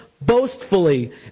boastfully